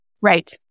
Right